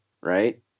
right